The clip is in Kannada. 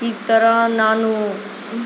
ಈ ಥರ ನಾನು